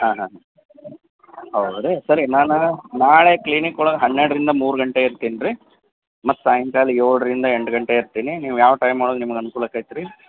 ಹಾಂ ಹಾಂ ಹೌದು ರೀ ಸರಿ ನಾನು ನಾಳೆ ಕ್ಲಿನಿಕ್ ಒಳಗೆ ಹನ್ನೆರಡರಿಂದ ಮೂರು ಗಂಟೆ ಇರ್ತೀನಿ ರೀ ಮತ್ತು ಸಾಯಂಕಾಲ ಏಳರಿಂದ ಎಂಟು ಗಂಟೆ ಇರ್ತೀನಿ ನೀವು ಯಾವ ಟೈಮ್ ಒಳಗೆ ನಿಮ್ಗೆ ಅನುಕೂಲ ಆಕೈತೆ ರೀ